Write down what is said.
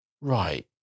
right